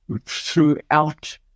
throughout